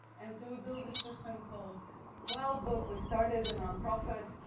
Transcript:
and, so, we built this system called wildbook. we started a non-profit